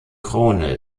krone